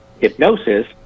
Hypnosis